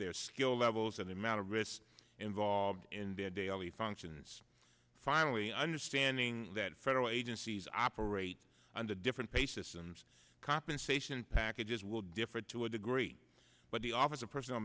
their skill levels and the amount of risk involved in their daily functions finally understanding that federal agencies operate on the different basis and compensation packages will differ to a degree but the office of person